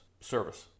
service